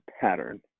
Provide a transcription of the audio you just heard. pattern